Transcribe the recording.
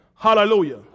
Hallelujah